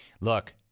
Look